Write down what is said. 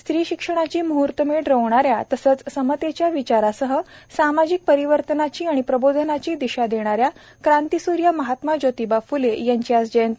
स्त्री शिक्षणाची मुहूर्तमेढ रोवणाऱ्या तसंच समतेच्या विचारासह सामाजिक परिवर्तनाची आणि प्रबोधनाची दिशा देणाऱ्या क्रांतिसूर्य महात्मा ज्योतिबा फ्ले यांची आज जयंती